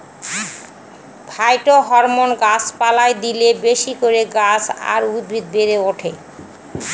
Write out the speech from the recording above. phytohormone গাছ পালায় দিলে বেশি করে গাছ আর উদ্ভিদ বেড়ে ওঠে